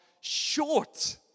short